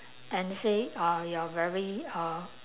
and say uh you're very uh